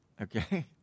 Okay